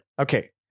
Okay